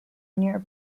near